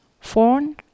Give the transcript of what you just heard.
phone